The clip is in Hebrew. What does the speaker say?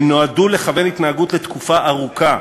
הן נועדו לכוון התנהגות לתקופה ארוכה.